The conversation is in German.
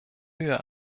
höher